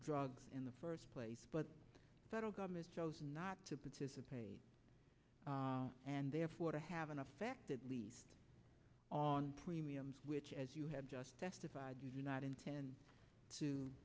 drugs in the first place but the federal government chose not to participate and therefore to have an effect at least on premiums which as you have just testified you do not intend to